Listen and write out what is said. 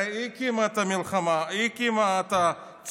הרי היא הקימה את הצבא.